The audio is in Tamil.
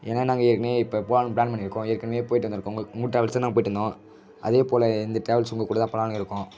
ஏன்னா நாங்கள் ஏற்கனவே இப்போ போலாம்னு ப்ளான் பண்ணிருக்கோம் ஏற்கனவே போய்ட்டு வந்திருக்கோம் உங்கள் ட்ராவல்ஸ்ல தான் நாங்கள் போய்ட்டு வந்தோம் அதேப்போல் இந்த ட்ராவல்ஸ் உங்கள் கூடதான் போலாம்னு இருக்கோம்